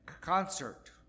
concert